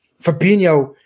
fabinho